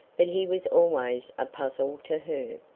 but he was always a puzzle to her.